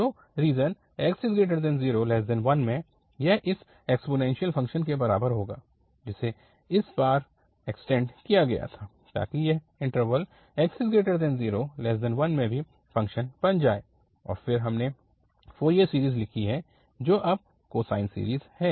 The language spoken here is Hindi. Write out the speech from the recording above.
तो रीजन 0x1 में यह इस एक्सपोनेन्शियल फ़ंक्शन के बराबर होगा जिसे इस बार एक्सटेंड किया गया था ताकि यह इन्टरवल0x1 में भी फ़ंक्शन बन जाए और फिर हमने फ़ोरियर सीरीज़ लिखा है जो अब कोसाइन सीरीज़ है